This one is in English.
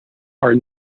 are